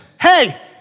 Hey